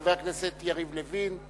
חבר הכנסת יריב לוין.